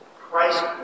Christ